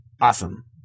awesome